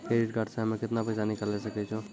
Credit card से हम्मे केतना पैसा निकाले सकै छौ?